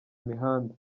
imihanda